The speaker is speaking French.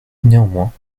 néanmoins